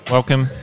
Welcome